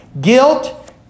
Guilt